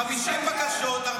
50 בקשות --- תסתכל,